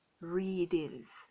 readings